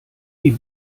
die